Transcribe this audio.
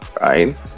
right